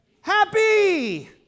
Happy